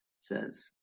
Says